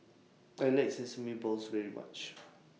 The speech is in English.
I like Sesame Balls very much